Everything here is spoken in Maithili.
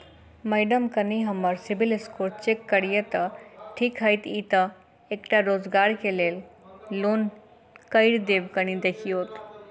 माइडम कनि हम्मर सिबिल स्कोर चेक करियो तेँ ठीक हएत ई तऽ एकटा रोजगार केँ लैल लोन करि देब कनि देखीओत?